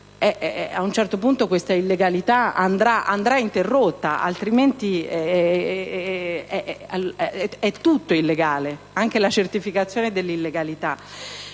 a un certo punto questa illegalità andrà interrotta, altrimenti è tutto illegale, anche la stessa certificazione dell'illegalità.